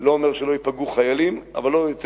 זה לא אומר שלא ייפגעו חיילים,